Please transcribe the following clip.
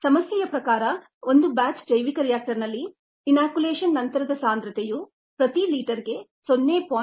ಸಮಸ್ಯೆಯ ಪ್ರಕಾರ ಒಂದು ಬ್ಯಾಚ್ ಜೈವಿಕ ರಿಯಾಕ್ಟರ್ನಲ್ಲಿ ಇನಾಕ್ಯುಲೇಷನ್ ನಂತರದ ಸಾಂದ್ರತೆಯು ಪ್ರತಿ ಲೀಟರ್ಗೆ 0